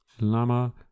lama